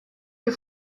you